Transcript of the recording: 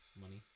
Money